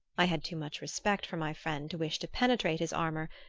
i had too much respect for my friend to wish to penetrate his armor,